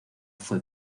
fue